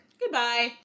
Goodbye